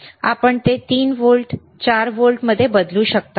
आपण ते 3 व्होल्ट 4 व्होल्टमध्ये बदलू शकता